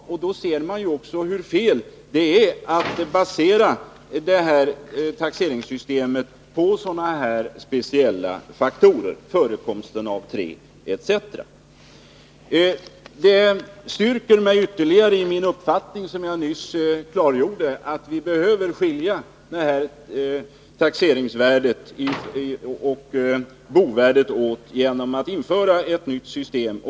Och det visar hur fel det är att basera taxeringssystemet på sådana här speciella faktorer. Jag blir ytterligare styrkt i den uppfattning som jag nyss klargjorde, nämligen att vi behöver skilja taxeringsvärdet och bovärdet åt genom att införa ett nytt system.